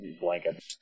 blanket